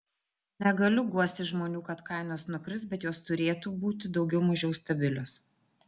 negaliu guosti žmonių kad kainos nukris bet jos turėtų būti daugiau mažiau stabilios